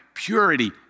purity